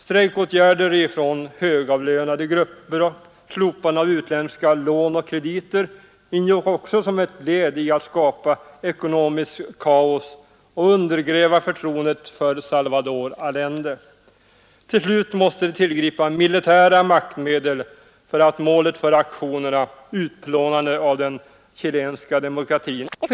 Strejkåtgärder ifrån högavlönade grupper och stoppandet av utländska lån och krediter ingick som ett led i att skapa ekonomiskt kaos och undergräva förtroendet för Salvador Allende. Till slut måste de tillgripa militära maktmedel för att målet för aktionerna, utplånandet av den chilenska demokratin, skulle kunna förverkligas.